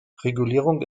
regulierung